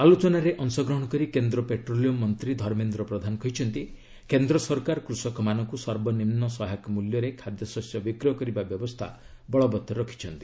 ଆଲୋଚନାରେ ଅଂଶଗ୍ରହଣ କରି କେନ୍ଦ୍ର ପେଟ୍ରୋଲିୟମ୍ ମନ୍ତ୍ରୀ ଧର୍ମେନ୍ଦ୍ର ପ୍ରଧାନ କହିଛନ୍ତି କେନ୍ଦ୍ର ସରକାର କୃଷକମାନଙ୍କୁ ସର୍ବନିମ୍ନ ସହାୟକ ମୂଲ୍ୟରେ ଖାଦ୍ୟଶସ୍ୟ ବିକ୍ରୟ କରିବା ବ୍ୟବସ୍ଥା ବଳବତ୍ତର ରଖିଛନ୍ତି